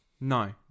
No